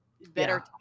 better